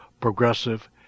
progressive